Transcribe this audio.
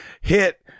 Hit